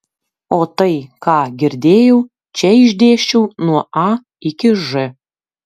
o tai ką girdėjau čia išdėsčiau nuo a iki ž